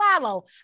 follow